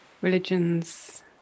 Religions